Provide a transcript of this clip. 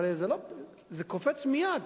הרי זה קופץ מייד,